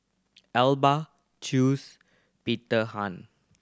Alba Chew's Peter Han